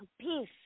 Peace